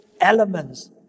elements